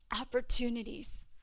Opportunities